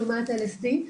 לעומת LSD,